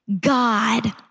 God